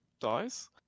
dies